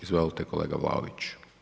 Izvolite kolega Vlaović.